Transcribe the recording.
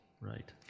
Right